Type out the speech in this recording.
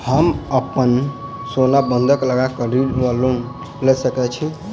हम अप्पन सोना बंधक लगा कऽ ऋण वा लोन लऽ सकै छी?